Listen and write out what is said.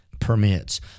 Permits